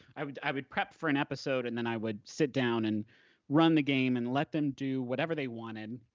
i would i would prep for an episode, and then i would sit down and run the game and let them do whatever they wanted.